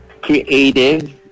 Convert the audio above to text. creative